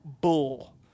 Bull